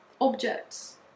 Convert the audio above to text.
objects